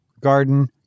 garden